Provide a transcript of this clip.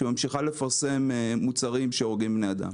שממשיכה לפרסם מוצרים שהורגים בני אדם.